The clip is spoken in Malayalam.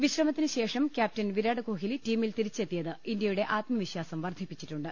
വിശ്രമത്തിന് ശേഷം കൃാപ്റ്റൻ വിരാട് കോഹലി ടീമിൽ തിരിച്ചെത്തിയത് ഇന്ത്യയുടെ ആത്മവിശ്വാസം വർധിപ്പിച്ചിട്ടുണ്ട്